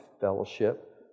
fellowship